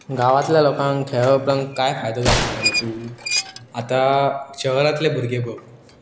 गांवांतल्या लोकांक खेळ उपरांत कांय फायदो जातलो ताण तूं आतां शहरांतले भुरगे भब